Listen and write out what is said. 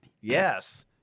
Yes